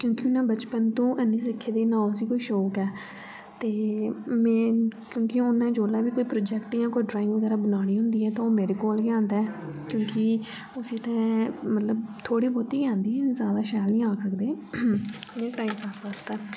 क्योंकि उन्नै बचपन तूं ऐन्नी सिक्खी दी ना उसी कोई शौक ऐ ते में क्योंकि उन्नै जेल्लै बी कोई प्रोजैक्ट जां कोई ड़्राईंग बगैरा बनानी होंदी ऐ तां ओह् मेरे कोल गै औंदा ऐ क्योंकि उसी ते मतलब थोह्ड़ी बोह्ती आंदी ऐ इन्नी ज्यादा शैल नीं आक्खी सकदे मतलब टाइम पास वास्तै